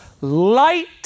light